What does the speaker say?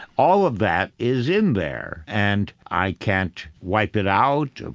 all of that is in there, and i can't wipe it out,